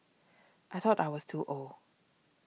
I thought I was too old